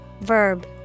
Verb